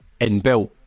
inbuilt